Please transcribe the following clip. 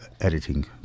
editing